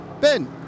Ben